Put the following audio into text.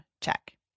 check